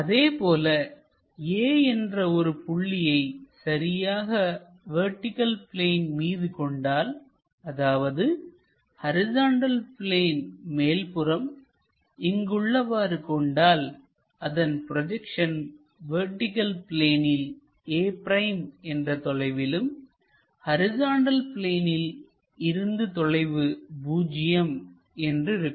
அதேபோல a என்ற ஒரு புள்ளியை சரியாக வெர்டிகள் பிளேன் மீது கொண்டால் அதாவது ஹரிசாண்டல் பிளேன் மேல்புறம் இங்கு உள்ளவாறு கொண்டால்அதன் ப்ரொஜெக்ஷன் வெர்டிகள் பிளேனில் a' என்ற தொலைவிலும் ஹரிசாண்டல் பிளேனில் இருந்து தொலைவு பூஜ்ஜியம் என்று இருக்கும்